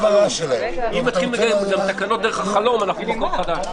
אנו מציעים לאשר את התקנות למעט התיקון הזה.